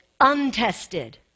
untested